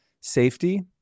safety